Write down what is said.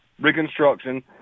Reconstruction